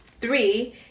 three